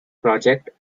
project